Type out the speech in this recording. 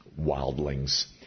wildlings